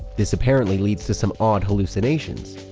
this apparently leads to some odd hallucinations,